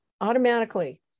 automatically